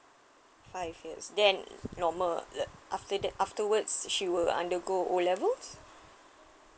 five years then normal uh after that afterwards she will undergo O levels